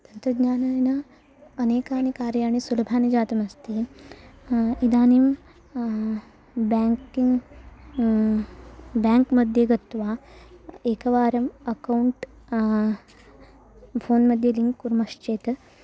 तन्त्रज्ञानेन अनेकानि कार्याणि सुलभानि जातमस्ति इदानीं ब्याङ्किङ्ग् ब्याङ्क्मध्ये गत्वा एकवारम् अकौण्ट् फ़ोन्मध्ये लिङ्क् कुर्मश्चेत्